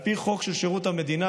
על פי חוק שירות המדינה,